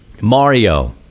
Mario